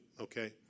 okay